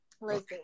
listen